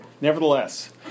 Nevertheless